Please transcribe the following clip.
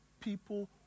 people